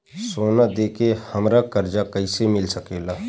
सोना दे के हमरा कर्जा कईसे मिल सकेला?